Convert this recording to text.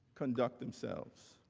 conduct themselves?